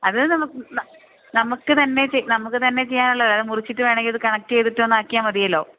അത് നമുക്ക് തന്നെ നമുക്ക് തന്നെ ചെയ്യാനുള്ളതല്ലെയുള്ളൂ അത് മുറിച്ചിട്ട് വേണമെങ്കില് അത് കണക്ട് ചെയ്തിട്ടൊന്നാക്കിയാല് മതിയല്ലോ